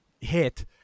hit